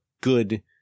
good